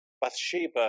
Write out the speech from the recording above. Bathsheba